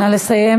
נא לסיים.